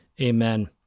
Amen